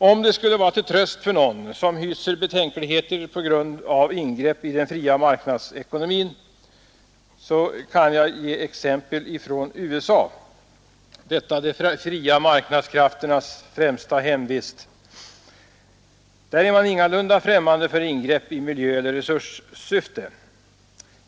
Om det skulle vara till tröst för någon, som hyser betänkligheter på grund av ingrepp i den fria marknadsekonomin, kan jag ge exempel från USA, detta de fria marknadskrafternas förnämsta hemvist. Där är man ingalunda främmande för ingrepp i miljöeller resurssyfte.